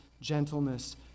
gentleness